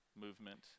movement